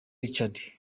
richard